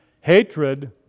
Hatred